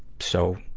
so, ah,